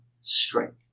strength